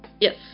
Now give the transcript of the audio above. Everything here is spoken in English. Yes